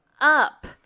Up